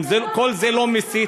אם כל זה לא מסית,